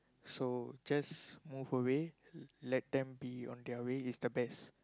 so just move away let them be on their way is the best